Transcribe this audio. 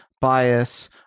bias